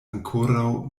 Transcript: ankoraŭ